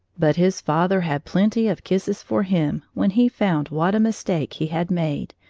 but his father had plenty of kisses for him when he found what a mistake he had made,